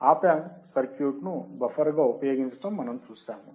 ఆప్ amp సర్క్యూట్ను బఫర్గా ఉపయోగించటం మనము చూశాము